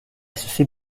sushi